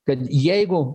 kad jeigu